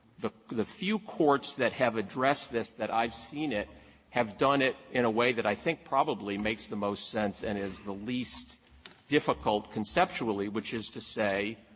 the the few courts that have addressed this that i've seen it have done it in a way that i think probably makes the most sense and is the least difficult conceptually which is to say,